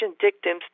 dictums